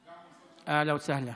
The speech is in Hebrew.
אהלן וסהלן.